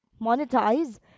monetize